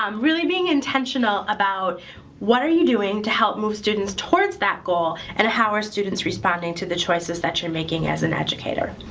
um really being intentional about what are you doing to help move students towards that goal, and how are students responding to the choices that you're making as an educator.